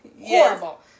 horrible